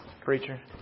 Preacher